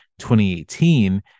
2018